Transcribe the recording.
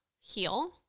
heal